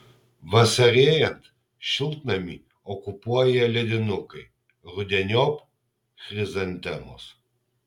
vasarėjant šiltnamį okupuoja ledinukai rudeniop chrizantemos